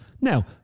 Now